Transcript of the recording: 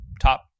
top